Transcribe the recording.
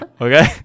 Okay